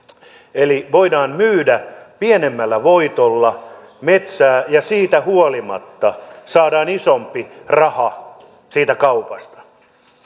voidaan myydä pienemmällä voitolla metsää ja siitä huolimatta saadaan isompi raha siitä kaupasta